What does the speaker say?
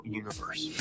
universe